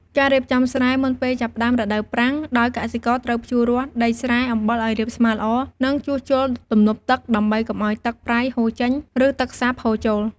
ការរៀបចំស្រែ មុនពេលចាប់ផ្តើមរដូវប្រាំង ដោយកសិករត្រូវភ្ជួររាស់ដីស្រែអំបិលឱ្យរាបស្មើល្អ និងជួសជុលទំនប់ទឹកដើម្បីកុំឱ្យទឹកប្រៃហូរចេញ ឬទឹកសាបហូរចូល។